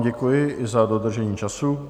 Děkuji vám za dodržení času.